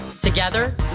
Together